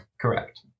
Correct